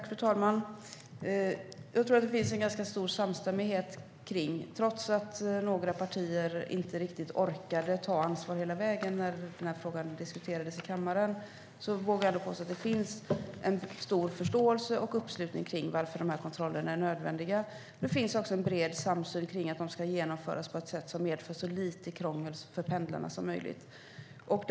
Fru talman! Jag tror att det finns ganska stor samstämmighet kring detta. Trots att några partier inte riktigt orkade ta ansvar hela vägen när den här frågan diskuterades i kammaren vågar jag påstå att det finns stor förståelse och uppslutning kring varför de här kontrollerna är nödvändiga. Det finns också en bred samsyn om att de ska genomföras på ett sätt som medför så lite krångel som möjligt för pendlarna.